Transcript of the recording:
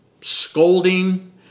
scolding